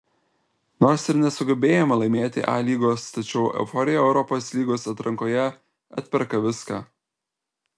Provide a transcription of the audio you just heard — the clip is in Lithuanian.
nors ir nesugebėjome laimėti a lygos tačiau euforija europos lygos atrankoje atperka viską